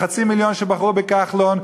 בחצי מיליון שבחרו בכחלון,